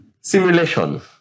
Simulation